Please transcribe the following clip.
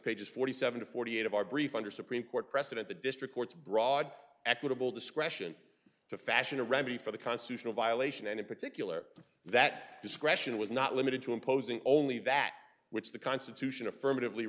page forty seven to forty eight of our brief under supreme court precedent the district courts broad equitable discretion to fashion a remedy for the constitutional violation and in particular that discretion was not limited to imposing only that which the constitution affirmative